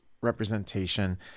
representation